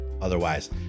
Otherwise